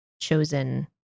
chosen